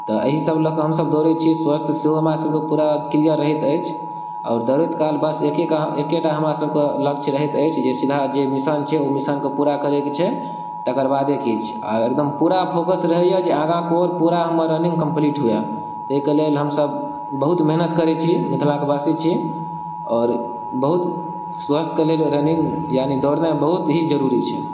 तऽ एहि सब लऽ कऽ हमसब दौड़ै छियै स्वस्थ सेहो हमरा सब के पूरा क्लियर रहैत अछि आओर दौड़ैत काल बस एके एके टा हमरा सब के लक्ष्य रहैत अछि जे सीधा जे मिशन छै ओ मिशन के पूरा करै के छै तकर बादे किछु आ एकदम पूरा फोकस रहैया जे आगाँ पूरा हमर रनिंग कम्पलीट हुए ताहि के लेल हमसब बहुत मेहनत करै छी मिथिला के बासी छी आओर बहुत स्वस्थ के लेल रनिंग यानी दौड़नाइ बहुत ही जरुरी छै